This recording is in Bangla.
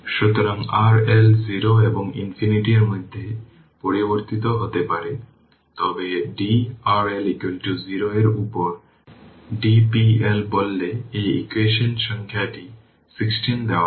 সুতরাং RL 0 এবং ইনফিনিটি এর মধ্যে পরিবর্তিত হতে পারে তবে d RL 0 এর উপর d p L বললে এই ইকুয়েশন সংখ্যাটি 16 দেওয়া হয়